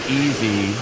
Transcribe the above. easy